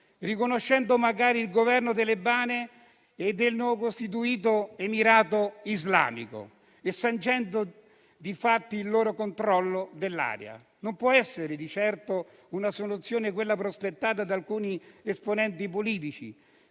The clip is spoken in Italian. riconoscendo magari il Governo talebano e il neocostituito emirato islamico, sancendo di fatto il loro controllo dell'area. Non può essere di certo una soluzione quella prospettata da alcuni esponenti politici,